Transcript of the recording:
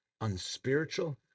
unspiritual